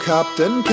Captain